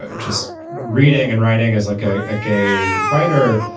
ah just reading and writing is like a ah gay writer,